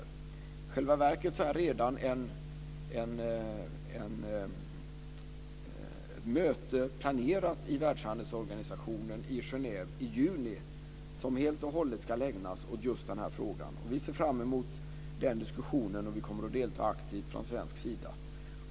I själva verket är redan ett möte planerat i Världshandelsorganisationen i Genève i juni som helt och hållet ska ägnas åt just den här frågan. Vi ser fram mot den diskussionen, och vi från svensk sida kommer att delta aktivt.